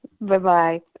Bye-bye